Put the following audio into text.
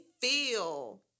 feel